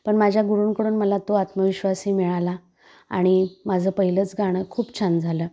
पण माझ्या गुरुंकडून मला तो आत्मविश्वासही मिळाला आणि माझं पहिलंच गाणं खूप छान झालं